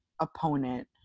opponent